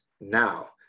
Now